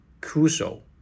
crucial